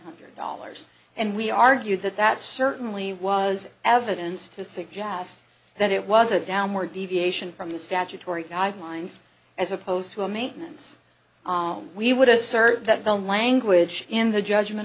hundred dollars and we argued that that certainly was evidence to suggest that it was a downward deviation from the statutory guidelines as opposed to a maintenance on we would assert that the language in the judgment